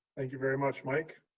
thank you very much, mike.